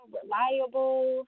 reliable